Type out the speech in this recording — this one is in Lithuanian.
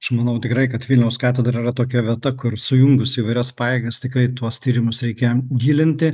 aš manau tikrai kad vilniaus katedra yra tokia vieta kur sujungus įvairias pajėgas tikrai tuos tyrimus reikia gilinti